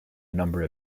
number